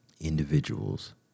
individuals